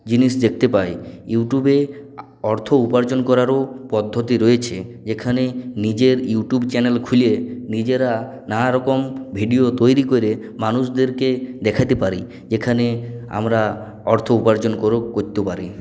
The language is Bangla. জিনিস দেখতে পাই ইউটিউবে অর্থ উপার্জন করারও পদ্ধতি রয়েছে যেখানে নিজের ইউটিউব চ্যানেল খুলে নিজেরা নানারকম ভিডিও তৈরি করে মানুষদেরকে দেখাতে পারি এখানে আমরা অর্থ উপার্জন করেও করতে পারি